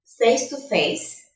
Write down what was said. face-to-face